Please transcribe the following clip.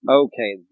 okay